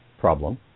problem